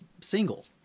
single